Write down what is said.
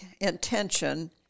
intention